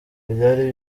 ibyari